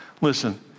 Listen